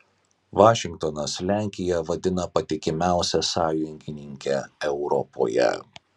vašingtonas lenkiją vadina patikimiausia sąjungininke europoje